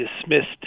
dismissed